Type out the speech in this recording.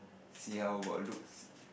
see how about looks